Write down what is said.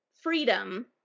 freedom